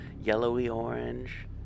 yellowy-orange